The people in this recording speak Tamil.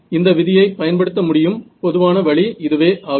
இந்த விதியைப் பயன்படுத்த முடியும் பொதுவான வழி இதுவே ஆகும்